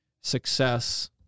success